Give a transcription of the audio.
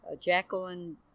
Jacqueline